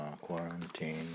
quarantine